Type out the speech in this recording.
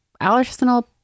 arsenal